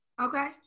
Okay